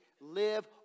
live